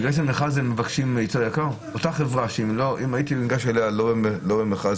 אם לא הייתי ניגש לאותה חברה במכרז,